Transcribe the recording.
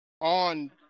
on